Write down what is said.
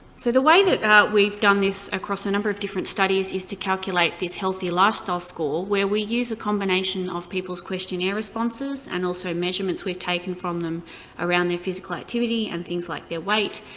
so the way that we've done this across a number of different studies is to calculate this healthy lifestyle score, where we use a combination of peoples' questionnaire responses, and also measurements we've taken from them around their physical activity and things like their weight,